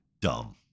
dumb